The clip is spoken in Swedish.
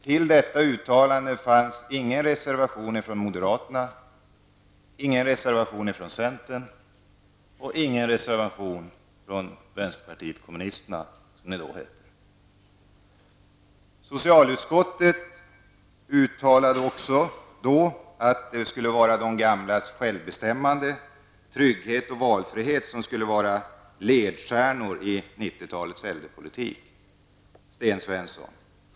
Till detta uttalande fanns ingen reservation från moderaterna, ingen reservation från centern och ingen reservation från vänsterpartiet kommunisterna, som partiet då hette. Socialutskottet uttalade också att de gamlas självbestämmande, trygghet och valfrihet skulle vara ledstjärnor i 1990-talets äldrepolitik, Sten Svensson!